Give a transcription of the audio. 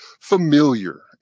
familiar